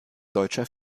deutscher